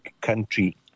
country